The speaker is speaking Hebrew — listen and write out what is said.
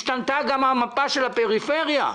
השתנתה גם מפת הפריפריה.